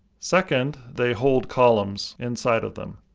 second, they hold columns inside of them.